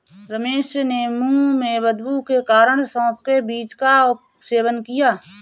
रमेश ने मुंह में बदबू के कारण सौफ के बीज का सेवन किया